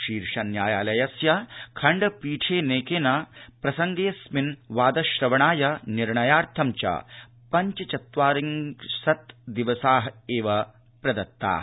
शीर्ष न्यायालयस्य खण्डपीठेन प्रसंगेऽस्मिन् वादश्रवणाय निर्णयार्थश्व पश्व चत्वारिंशत् दिवसाः एव प्रदत्ताः